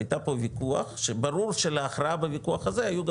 היה פה וויכוח שברור שלהכרעה בוויכוח הזה היו גם